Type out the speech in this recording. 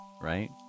right